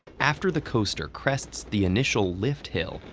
after the coaster crests the initial lift hill,